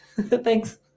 thanks